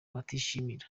batishimira